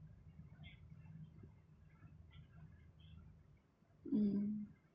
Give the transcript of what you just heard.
mm